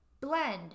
blend